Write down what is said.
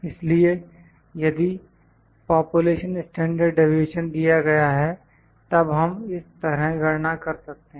इसलिए यदि population standard deviation दिया गया है तब हम इस तरह गणना कर सकते हैं